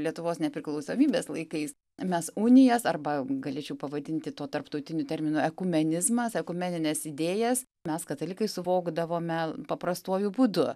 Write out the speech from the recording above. lietuvos nepriklausomybės laikais mes unijas arba galėčiau pavadinti tuo tarptautiniu terminu ekumenizmas ekumenines idėjas mes katalikai suvokdavome paprastuoju būdu